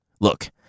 Look